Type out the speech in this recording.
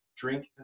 Drink